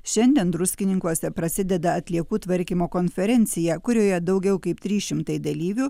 šiandien druskininkuose prasideda atliekų tvarkymo konferencija kurioje daugiau kaip trys šimtai dalyvių